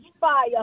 fire